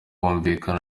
bumvikana